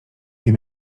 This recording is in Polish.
wiem